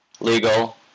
legal